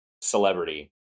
celebrity